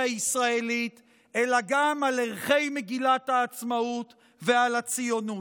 הישראלית אלא גם על ערכי מגילת העצמאות ועל הציונות.